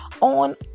on